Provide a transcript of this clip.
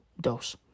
dose